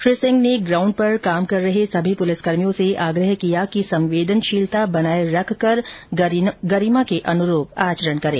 श्री सिंह ने ग्राउण्ड पर कार्य कर रहे समी पुलिसकर्मियों से आग्रह किया कि संवेदनशीलता बनाए रखकर गरिमा के अनुरूप आचरण करें